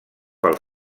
pel